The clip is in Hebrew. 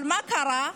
אבל מה קרה,